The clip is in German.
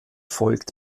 folgt